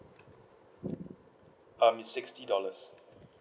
um sixty dollars